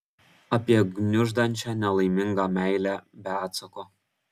apie gniuždančią nelaimingą meilę be atsako